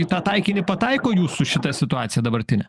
į tą taikinį pataiko jūsų šitą situaciją dabartinė